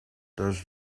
does